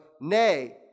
Nay